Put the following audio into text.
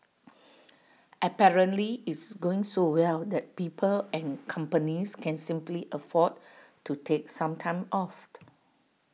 apparently IT is going so well that people and companies can simply afford to take some time off